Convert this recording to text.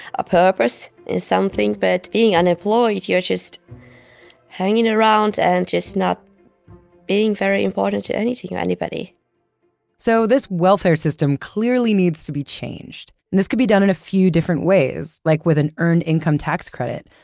a purpose is something. but being unemployed, you're just hanging around and just not being very important to anything or anybody so this welfare system clearly needs to be changed. and this can be done in a few different ways, like with an earned income tax credit,